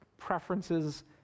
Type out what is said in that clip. preferences